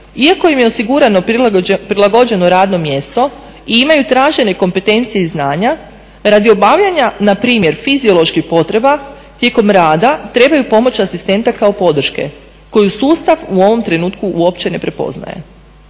iako im je osigurano prilagođeno radno mjesto i imaju tražene kompetencije i znanja radi obavljanja na primjer fizioloških potreba tijekom rada trebaju pomoć asistenta kao podrške koju sustav u ovom trenutku uopće ne prepoznaje.